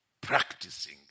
practicing